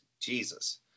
Jesus